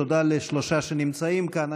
תודה לשלושה שנמצאים כאן.